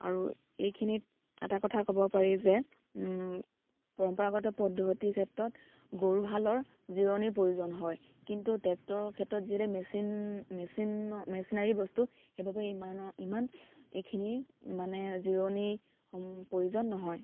আৰু এইখিনিত এটা কথা ক'ব পাৰি যে পৰম্পৰাগত পদ্ধতিৰ ক্ষেত্ৰত গৰুহালৰ জিৰণিৰ প্ৰয়োজন হয় কিন্তু ট্ৰেক্টৰৰ ক্ষেত্ৰত যিহেতু মেচিন মেচিন মেচিনাৰী বস্তু সেইবাবে ইমানৰ ইমান এইখিনিৰ মানে জিৰণি প্ৰয়োজন নহয়